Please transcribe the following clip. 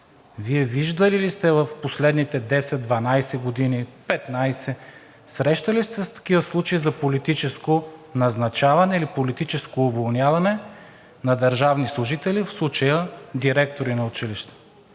Вие срещали ли ли сте се в последните 10, 12, 15 години с такива случаи за политическо назначаване или политическо уволняване на държавни служители, в случая директори на училища?